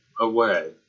away